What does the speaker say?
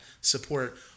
support